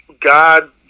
God